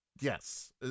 yes